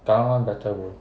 kallang [one] better bro